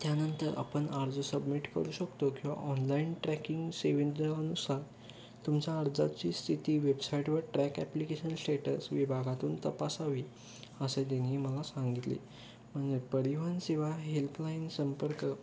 त्यानंतर आपण अर्ज सबमिट करू शकतो किंवा ऑनलाईन ट्रॅकिंग सेवेंच्यानुसार तुमच्या अर्जाची स्थिती वेबसाईटवर ट्रॅक ॲप्लिकेशन स्टेटस विभागातून तपासावे असे दोन्ही मला सांगितले म्हणजे परिवहन सेवा हेल्पलाईन संपर्क